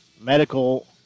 medical